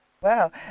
Wow